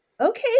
Okay